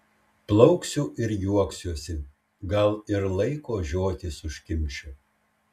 plauksiu ir juoksiuosi gal ir laiko žiotis užkimšiu